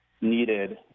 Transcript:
needed